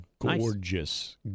gorgeous